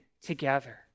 together